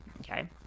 okay